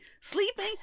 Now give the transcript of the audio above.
sleeping